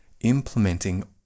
implementing